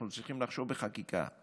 אנחנו צריכים לחשוב בחקיקה,